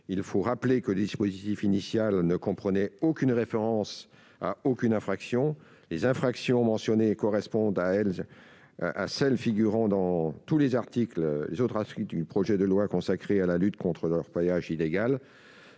Je rappelle que le dispositif initial ne comprenait aucune référence à quelque infraction que ce soit. Les infractions mentionnées correspondent à celles qui figurent dans tous les autres articles du projet de loi relatifs à la lutte contre l'orpaillage illégal.